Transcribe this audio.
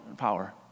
power